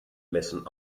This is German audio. messen